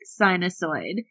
Sinusoid